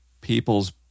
people's